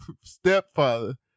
stepfather